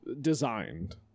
designed